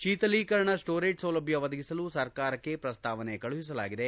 ಶೀತಲಿಕರಣ storage ಸೌಲಭ್ವ ಒದಗಿಸಲು ಸರಕಾರಕ್ಷೆ ಶ್ರಸ್ಥಾವನೆ ಕಳುಹಿಸಲಾಗಿದೆ